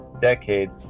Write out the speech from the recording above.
decade